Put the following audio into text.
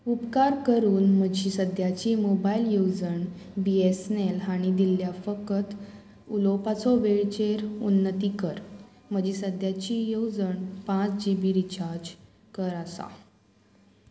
उपकार करून म्हजी सद्याची मोबायल येवजण बी एस एन एल हांणी दिल्ल्या फकत उलोवपाचो वेळचेर उन्नती कर म्हजी सद्याची येवजण पांच जी बी रिचार्ज कर आसा